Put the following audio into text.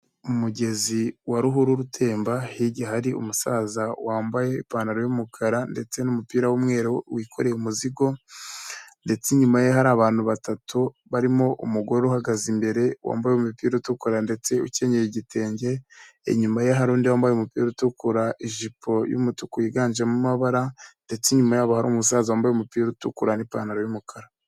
Umugezi wa ruhurura utemba, hirya hari umusaza wambaye ipantaro y'umukara ndetse n'umupira w'umweru wikoreye umuzigo, ndetse inyuma ye hari abantu batatu barimo umugore uhagaze imbere wambaye umupira utukura ndetse ukenyeye igitenge, inyuma ye hari undi wambaye umupira utukura ijipo y'umutuku yiganjemo amabara, ndetse inyuma ya hari umusaza wambaye umupira utukura n'ipantaro y'umukara.